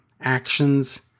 actions